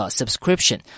subscription